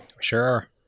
Sure